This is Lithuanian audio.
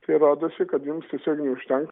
tai rodosi kad jums su savimi užtenka